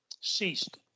ceased